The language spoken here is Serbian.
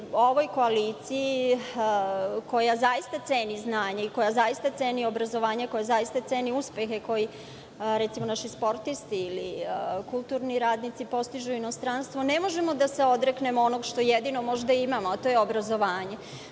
ovoj koaliciji koja zaista ceni znanje, i koja zaista ceni obrazovanje, koja zaista ceni uspehe koje recimo napi sportisti ili naši kulturni radnici postižu u inostranstvu, ne možemo da se odreknemo onog što jedino možda i imamo a to je obrazovanje.